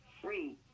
free